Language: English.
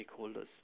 stakeholders